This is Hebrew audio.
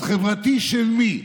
אז חברתי, של מי?